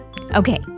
Okay